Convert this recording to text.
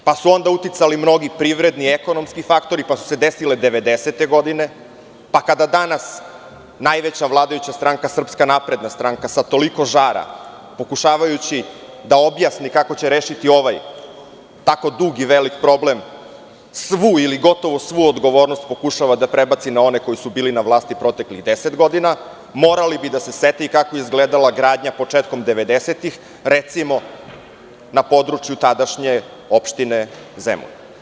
Onda su dalje uticali mnogi privredni, ekonomski faktori, pa su se desile 90-te godine, pa kada danas najveća vladajuća stranka, Srpska napredna stranka, sa toliko žara, pokušavajući da objasni kako će rešiti ovaj tako dug i veliki problem, svu ili gotovo svu odgovornost pokušava da prebaci na one koji su bili na vlasti proteklih 10 godina, morali bi i da se sete kako je izgledala gradnja početkom 90-ih, recimo, na području tadašnje opštine Zemun.